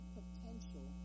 potential